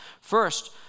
first